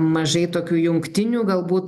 mažai tokių jungtinių galbūt